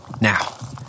Now